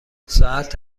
ساعت